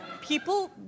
people